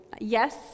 yes